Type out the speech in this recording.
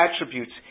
attributes